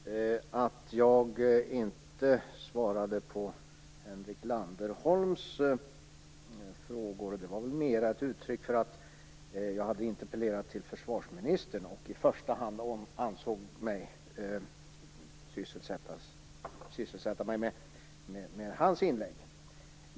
Herr talman! Att jag inte svarade på Henrik Landerholms frågor var ett uttryck för att jag hade interpellerat till försvarsministern och i första hand ansåg mig sysselsatt med hans inlägg.